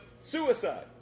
suicide